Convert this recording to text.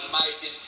amazing